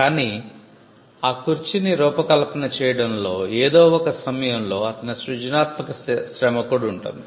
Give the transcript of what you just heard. కానీ ఆ కుర్చీని రూపకల్పన చేయడంలో ఏదో ఒక సమయంలో అతని సృజనాత్మక శ్రమ కూడా ఉంటుంది